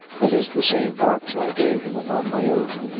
that is the same box i gave him, upon my oath.